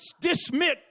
dismiss